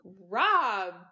Rob